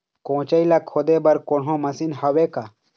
कोचई ला खोदे बर कोन्हो मशीन हावे का?